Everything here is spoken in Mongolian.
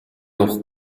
явах